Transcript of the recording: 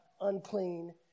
unclean